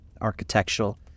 architectural